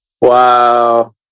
Wow